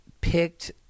Picked